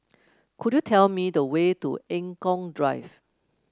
could you tell me the way to Eng Kong Drive